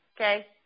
okay